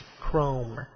Chrome